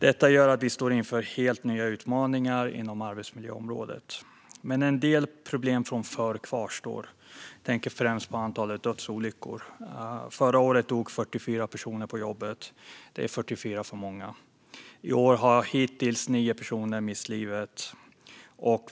Detta gör att vi står inför helt nya utmaningar inom arbetsmiljöområdet. Men en del problem från förr kvarstår. Jag tänker främst på antalet dödsolyckor. Förra året dog 44 personer på jobbet; det är 44 för många. I år har hittills nio personer mist livet.